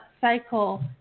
cycle